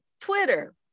Twitter